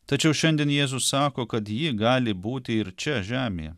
tačiau šiandien jėzus sako kad ji gali būti ir čia žemėje